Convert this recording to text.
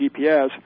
GPS